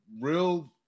real